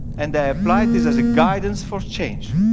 and they applied this as a guidance for change.